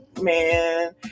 Man